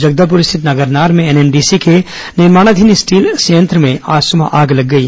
जगदलपुर स्थित नगरनार में एनएमडीसी के निर्माणाधीन स्टील संयंत्र में आज सुबह आग लग गई